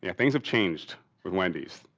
yeah things have changed with wendy's.